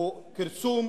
הוא כרסום